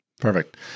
Perfect